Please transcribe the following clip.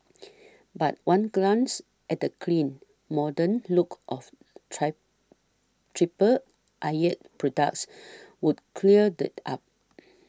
but one glance at the clean modern look of try Triple Eyelid's products would cleared up